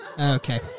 Okay